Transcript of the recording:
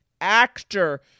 Actor